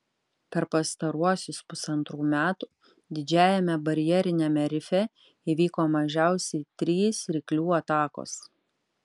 per pastaruosius pusantrų metų didžiajame barjeriniame rife įvyko mažiausiai trys ryklių atakos